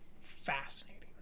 fascinating